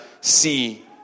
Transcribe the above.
see